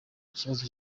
ikibazo